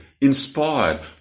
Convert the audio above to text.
inspired